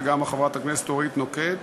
וגם חברת הכנסת אורית נוקד.